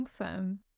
Awesome